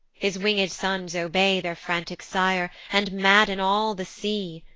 his winged sons obey their frantic sire, and madden all the sea.